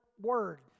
word